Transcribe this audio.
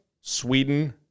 Sweden